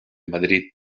madrid